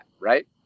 right